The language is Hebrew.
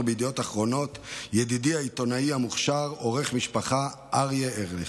בידיעות אחרונות ידידי העיתונאי המוכשר עורך משפחה אריה ארליך: